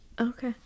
Okay